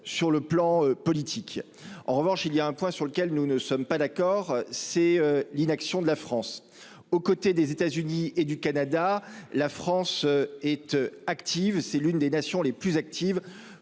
sur le plan politique. En revanche, il y a un point sur lequel nous ne sommes pas d'accord, c'est l'inaction de la France aux côtés des États-Unis et du Canada, la France et tu active, c'est l'une des nations les plus actives